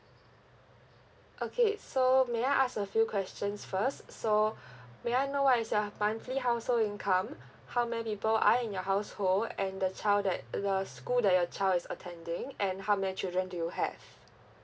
okay so may I ask a few questions first so may I know what is your monthly household income how many people are in your household and the child that the school that your child is attending and how many children do you have